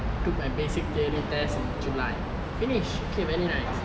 took my basic theory test in july finish okay very nice